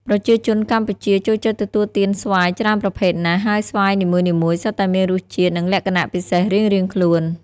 ប្រជាជនកម្ពុជាចូលចិត្តទទួលទានស្វាយច្រើនប្រភេទណាស់ ហើយស្វាយនីមួយៗសុទ្ធតែមានរសជាតិ និងលក្ខណៈពិសេសរៀងៗខ្លួន។